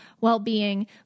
well-being